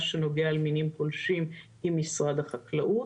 הנוגע למינים פולשים עם משרד החקלאות.